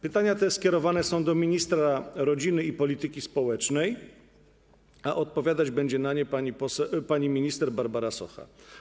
Pytania te skierowane są do ministra rodziny i polityki społecznej, a odpowiadać na nie będzie pani minister Barbara Socha.